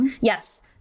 Yes